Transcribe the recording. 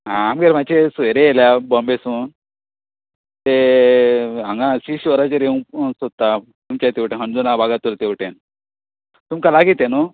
आमगेर मातशीं सोयरीं येल्या बॉम्बेसून ते हांगा सिशोराचेर येवूंक सोदता अंजुना बागा तेवटेन तुमकां लागीं तें न्हू